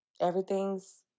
Everything's